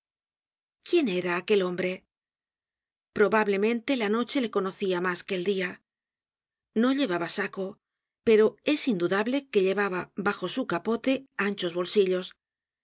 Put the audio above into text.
quién era aquel hombre probablemente la noche le conocia mas que el dia no llevaba saco pero es indudable que llevaba bajo su capote anchos bolsillos